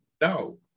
No